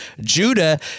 Judah